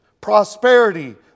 prosperity